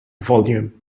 volume